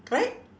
correct